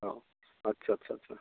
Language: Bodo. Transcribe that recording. औ आस्सा आस्सा